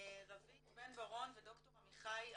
רוית בן ברוך וד"ר עמיחי תמיר.